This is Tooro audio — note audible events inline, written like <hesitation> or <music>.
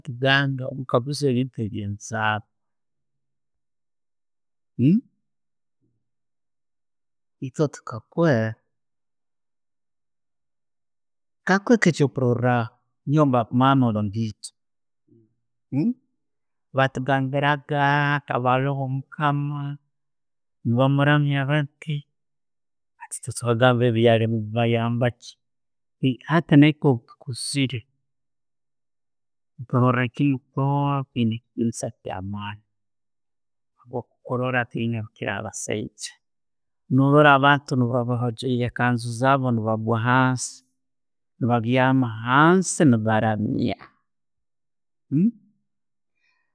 <hesitation> Eitwe tukakuura, nkakuhe ekyokurworwaho ndi mwana wa'babiito. Eitwe tukakura, batugambira haroho nko mukama, bamuramyaga batti, twagamba ebyo byari byabo hangwa ki. Hati, naitwe betukuuziire, twaroora kiimu <hesitation> okuroora rukiira abasaijja, no' norora abantu boona baba bachwayire ekanzu zaabo nebagwa hansi, nebabyaama hansi ne'baramya. <hesitation> <unintelligible>